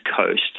coast